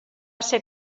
ser